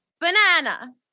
Banana